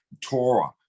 Torah